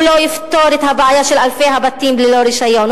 הוא לא יפתור את הבעיה של אלפי הבתים ללא רשיון,